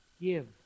give